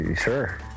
Sure